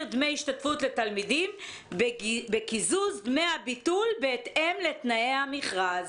דמי השתתפות לתלמידים בקיזוז דמי הביטול בהתאם לתנאי המכרז.